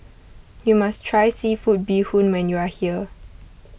you must try Seafood Bee Hoon when you are here